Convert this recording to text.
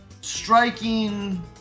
striking